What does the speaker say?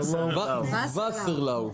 שר הנגב, הגליל והחוסן הלאומי